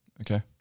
Okay